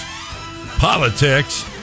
Politics